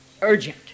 urgent